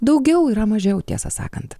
daugiau yra mažiau tiesą sakant